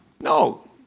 No